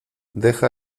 deja